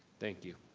thank you.